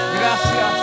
gracias